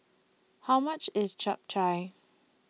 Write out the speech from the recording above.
How much IS Japchae